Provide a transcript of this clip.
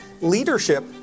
Leadership